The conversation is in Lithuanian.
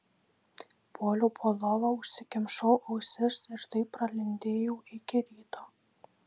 puoliau po lova užsikimšau ausis ir taip pralindėjau iki ryto